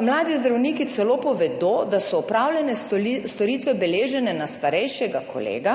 Mladi zdravniki celo povedo, da so opravljene storitve beležene na starejšega kolega